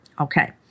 Okay